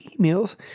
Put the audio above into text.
emails